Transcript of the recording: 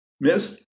miss